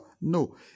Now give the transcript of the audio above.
No